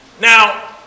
Now